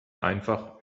einfach